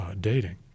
dating